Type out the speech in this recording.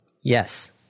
Yes